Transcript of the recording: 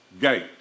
gate